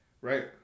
right